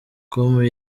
com